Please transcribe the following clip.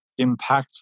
impactful